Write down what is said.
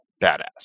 badass